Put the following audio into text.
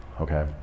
okay